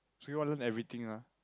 so you want learn everything ah